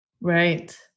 Right